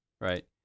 right